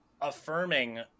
affirming